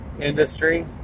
industry